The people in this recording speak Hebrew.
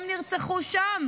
הם נרצחו שם.